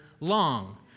long